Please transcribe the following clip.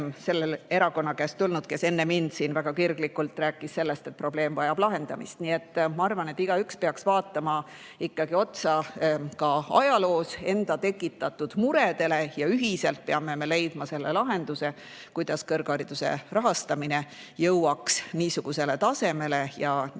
selle erakonna käest tulnud, kes enne mind siin väga kirglikult rääkis sellest, et probleem vajab lahendamist. Nii et ma arvan, et igaüks peaks vaatama otsa ka ajaloos enda tekitatud muredele. Ühiselt peame me leidma lahenduse, kuidas kõrghariduse rahastamine jõuaks niisugusele tasemele ning